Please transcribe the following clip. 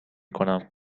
کنم